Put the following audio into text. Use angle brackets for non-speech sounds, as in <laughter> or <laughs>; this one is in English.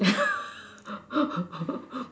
<laughs>